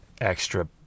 extra